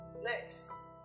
next